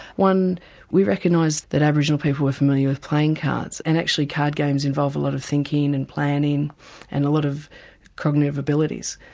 one we recognised that aboriginal people were familiar with playing cards and actually card games involve a lot of thinking and planning and a lot of cognitive abilities.